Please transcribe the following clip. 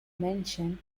mansion